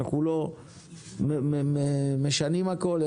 לא משנים הכול,